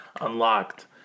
Unlocked